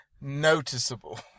noticeable